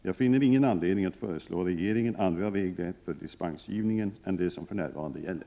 Jag finner ingen anledning att föreslå regeringen andra regler för dispensgivning än de som för närvarande gäller.